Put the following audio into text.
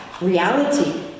reality